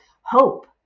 hope